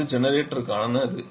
இது ஜெனரேட்டருக்கானது